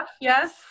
yes